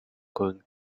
going